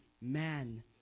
Man